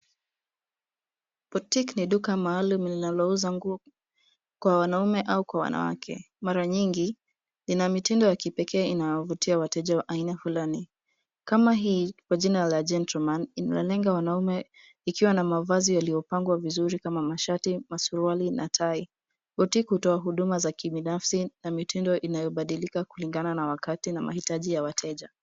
(cs)Boutique(cs) ni duka maalum linalouza nguo kwa wanaume au kwa wanawake. Mara nyingi lina mitindo ya kipekee ambayo inayovutia wateja wa aina fulani . Kama hii kwa jina la gentleman linalenga wanaume ikiwa na mavazi yaliyopangwa vizuri kama mashati, masuruali na tai. (cs)Boutique(cs) hutoa huduma za kibinafsi na mitindo inayobadilika kulingana na wakati na mahitaji ya wateja.